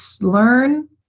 learn